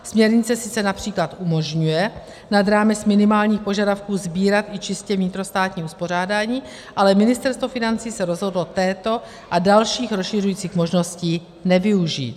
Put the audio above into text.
Směrnice sice například umožňuje nad rámec minimálních požadavků sbírat i čistě vnitrostátní uspořádání, ale Ministerstvo financí se rozhodlo této a dalších rozšiřujících možností nevyužít.